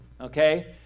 Okay